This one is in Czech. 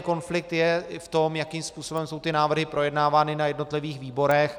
Konflikt je v tom, jakým způsobem jsou ty návrhy projednávány na jednotlivých výborech.